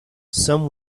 some